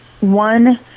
one